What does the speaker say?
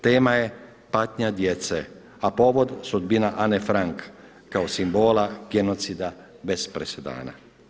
Tema je patnja djece, a povod sudbina Ane Frank kao simbola genocida bez presedana.